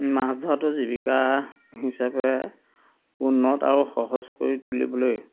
মাছ ধৰাটো জীৱিকা হিচাপে উন্নত আৰু সহজ কৰি তুলিবলৈ